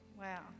Wow